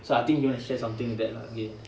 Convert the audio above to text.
so I think you wanna share something like that lah okay